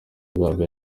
gambia